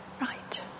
Right